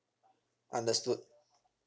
understood